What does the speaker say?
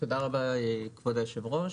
תודה רבה, כבוד היושב-ראש.